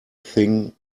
thing